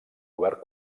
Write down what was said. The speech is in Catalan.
govern